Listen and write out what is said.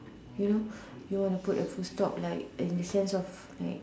you know you want to put a full stop like in the sense of like